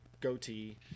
goatee